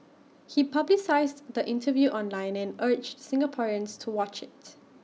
he publicised the interview online and urged Singaporeans to watch its